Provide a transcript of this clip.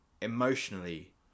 emotionally